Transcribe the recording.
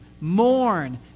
mourn